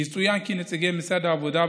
יצוין כי נציגי משרד העבודה,